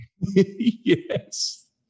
Yes